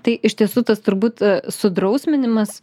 tai iš tiesų tas turbūt a sudrausminimas